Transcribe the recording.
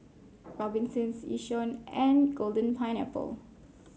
Robinsons Yishion and Golden Pineapple